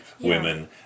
women